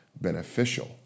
beneficial